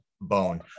bone